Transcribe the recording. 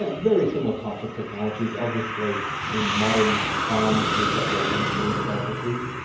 ah very similar types of technologies. obviously in modern times we've got more engineered processes.